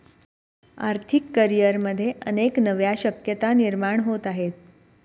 आर्थिक करिअरमध्ये अनेक नव्या शक्यता निर्माण होत आहेत